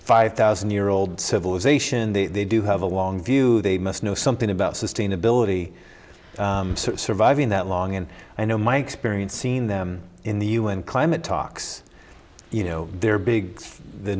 five thousand year old civilization the they do have a long they must know something about sustainability surviving that long and i know my experience seen them in the u n climate talks you know they're big